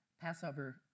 Passover